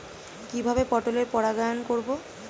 কিভাবে পটলের পরাগায়ন করব?